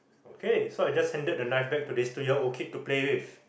okay so I just handed the knife back to this two year old kid to play with